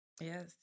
Yes